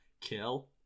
Kill